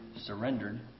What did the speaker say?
surrendered